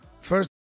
First